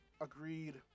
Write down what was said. agreed